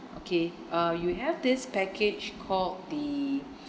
okay uh you have this package called the